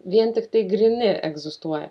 vien tiktai gryni egzistuoja